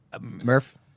Murph